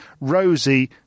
Rosie